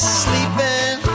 sleeping